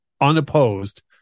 unopposed